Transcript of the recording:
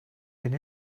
been